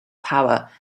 power